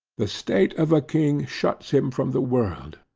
the state of a king shuts him from the world,